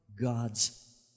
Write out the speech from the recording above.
God's